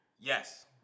Yes